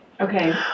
Okay